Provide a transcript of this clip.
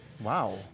Wow